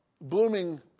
blooming